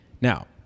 Now